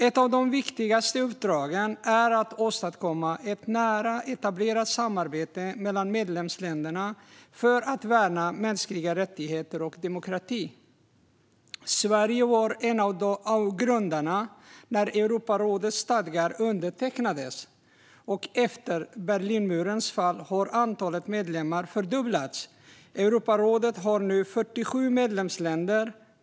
Ett av de viktigaste uppdragen är att åstadkomma ett nära etablerat samarbete mellan medlemsländerna för att värna mänskliga rättigheter och demokrati. Sverige var en av grundarna när Europarådets stadgar undertecknades, och efter Berlinmurens fall har antalet medlemmar fördubblats. Europarådet har nu 47 medlemsländer.